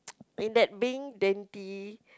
in that being dainty